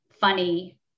funny